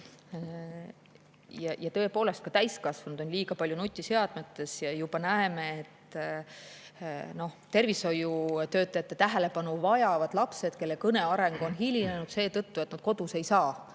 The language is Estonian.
Tõepoolest, ka täiskasvanud on liiga palju nutiseadmetes. Ja juba näeme, et tervishoiutöötajate tähelepanu vajavad lapsed, kelle kõne areng on hilinenud seetõttu, et nad kodus ei saa